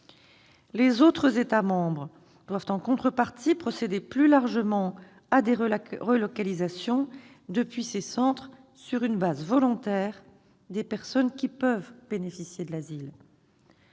Les autres États membres doivent en contrepartie procéder plus largement à des relocalisations depuis ces centres, sur une base volontaire, des personnes qui peuvent bénéficier de l'asile.